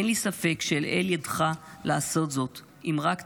אין לי ספק שלאל ידך לעשות זאת, אם רק תרצה.